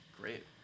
Great